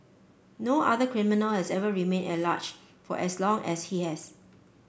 no other criminal has ever remained at large for as long as he has